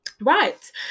Right